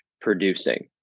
producing